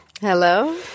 Hello